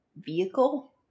vehicle